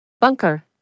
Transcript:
Bunker